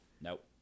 Nope